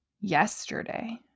yesterday